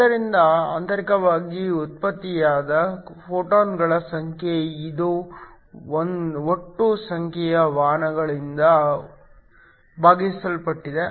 ಆದ್ದರಿಂದ ಆಂತರಿಕವಾಗಿ ಉತ್ಪತ್ತಿಯಾದ ಫೋಟಾನ್ಗಳ ಸಂಖ್ಯೆ ಇದು ಒಟ್ಟು ಸಂಖ್ಯೆಯ ವಾಹಕಗಳಿಂದ ಭಾಗಿಸಲ್ಪಟ್ಟಿದೆ